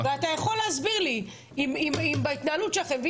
ואתה יכול להסביר לי אם בהתנהלות שלכם,